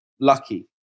lucky